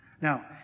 Now